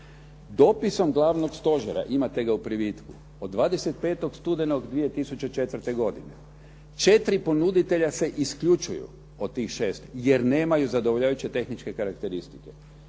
Dopisom Glavnog stožera, imate ga u privitku, od 25. studenog 2004. godine četiri ponuditelja se isključuju od tih šest jer nemaju zadovoljavajuće tehničke karakteristike.